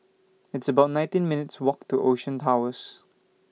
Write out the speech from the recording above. It's about nineteen minutes' Walk to Ocean Towers